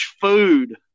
food